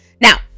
Now